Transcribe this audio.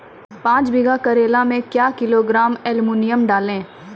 पाँच बीघा करेला मे क्या किलोग्राम एलमुनियम डालें?